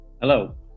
hello